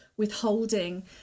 withholding